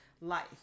life